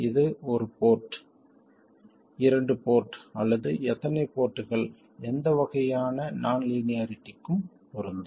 இது ஒரு போர்ட் இரண்டு போர்ட் அல்லது எத்தனை போர்ட்கள் எந்த வகையான நான் லீனியாரிட்டிக்கும் பொருந்தும்